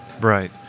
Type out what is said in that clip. Right